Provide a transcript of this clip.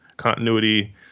continuity